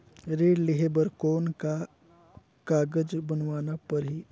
ऋण लेहे बर कौन का कागज बनवाना परही?